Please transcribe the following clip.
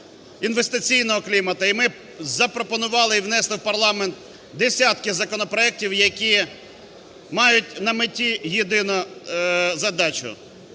І ми запропонували і внесли в парламент десятки законопроектів, які мають на меті єдину задачу